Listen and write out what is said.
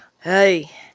hey